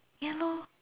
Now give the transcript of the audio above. ya lor